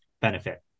benefit